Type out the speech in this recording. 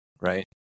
right